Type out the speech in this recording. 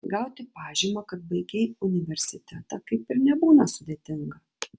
gauti pažymą kad baigei universitetą kaip ir nebūna sudėtinga